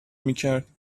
میکرد